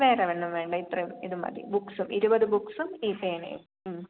വേറെ ഒന്നും വേണ്ട ഇത്രയും ഇതുമതി ബുക്സും ഇരുപത് ബുക്സും ഈ പേനയും